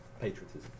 patriotism